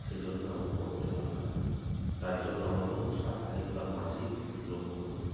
সেই জন্য আমার পড়তে ভালো লাগে তার জন্য আমার কোনো সাপ্তাহিক বা মাসিক লক্ষ্য নেই